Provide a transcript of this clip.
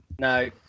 No